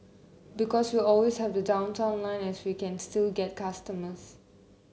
because we always have the Downtown Line so we can still get customers